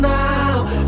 now